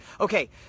Okay